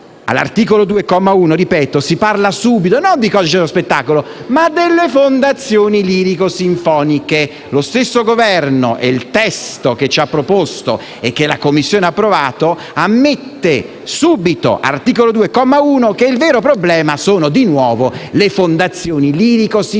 all'articolo 2, comma 1, non si parla di codice dello spettacolo, ma delle fondazioni lirico-sinfoniche. Lo stesso Governo nel testo che ci ha proposto e che la Commissione ha approvato ammette subito, all'articolo 2, comma 1, che il vero problema sono di nuovo le fondazioni lirico-sinfoniche,